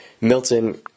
Milton